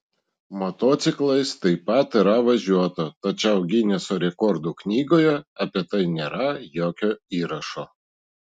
motociklais taip pat yra važiuota tačiau gineso rekordų knygoje apie tai nėra jokio įrašo